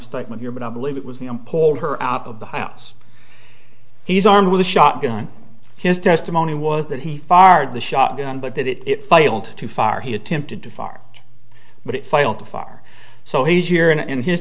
statement here but i believe it was the i'm pulled her out of the house he's armed with a shotgun his testimony was that he fired the shot gun but that it failed too far he attempted to far but it failed to far so he's year in and his